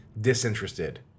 disinterested